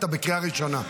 אתה בקריאה ראשונה.